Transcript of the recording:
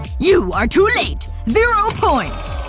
you are too late! zero points!